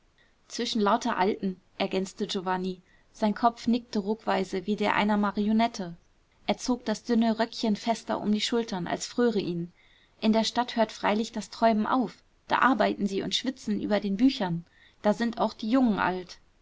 zwischen lauter alten ergänzte giovanni sein kopf nickte ruckweise wie der einer marionette er zog das dünne röckchen fester um die schultern als fröre ihn in der stadt hört freilich das träumen auf da arbeiten sie und schwitzen über den büchern da sind auch die jungen alt